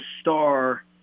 star